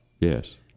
yes